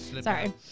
Sorry